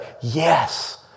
yes